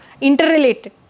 interrelated